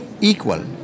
equal